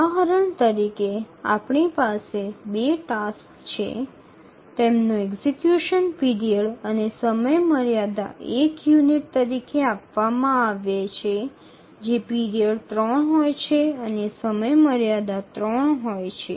উদাহরণস্বরূপ আমাদের ২ টি কাজ রয়েছে তাদের কার্যকর করার সময়কাল এবং সময়সীমা ১ ইউনিট হিসাবে সময়কাল ৩ এবং সময়সীমা ৩ দেওয়া হয়